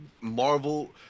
Marvel